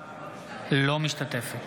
אינה משתתפת